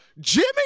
Jimmy